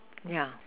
yeah